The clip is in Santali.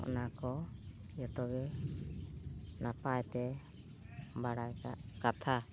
ᱚᱱᱟ ᱠᱚ ᱡᱚᱛᱚᱜᱮ ᱱᱟᱯᱟᱭᱛᱮ ᱵᱟᱲᱟᱭ ᱠᱟᱫ ᱠᱟᱛᱷᱟ